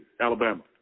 Alabama